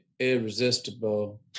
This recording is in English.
Irresistible